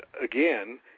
again